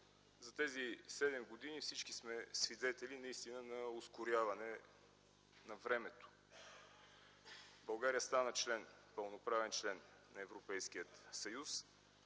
За тези седем години всички сме свидетели на ускоряване на времето – България стана пълноправен член на Европейския съюз